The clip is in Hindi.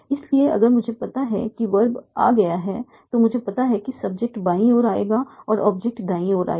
इसलिए अगर मुझे पता है कि वर्ब आ गया है तो मुझे पता है कि सब्जेक्ट बाईं ओर आएगा और ऑब्जेक्ट दाईं ओर आएगा